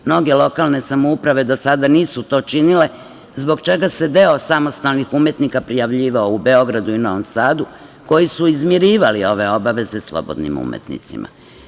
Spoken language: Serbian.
Mnoge lokalne samouprave do sada nisu to činile, zbog čega se deo samostalnih umetnika prijavljivao u Beogradu i Novom Sadu, koji su izmirivali ove obaveze slobodnim umetnicima.